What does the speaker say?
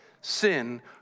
Sin